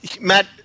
matt